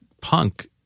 punk